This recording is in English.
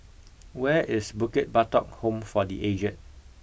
where is Bukit Batok Home for the Aged